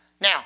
Now